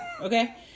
okay